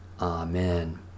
Amen